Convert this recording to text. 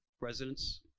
residents